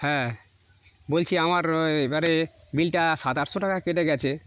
হ্যাঁ বলছি আমার এবারে বিলটা সাত আটশো টাকা কেটে গেছে